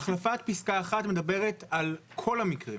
החלפת פסקה 1 מדברת על כל המקרים.